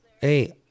Hey